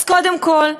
אז קודם כול,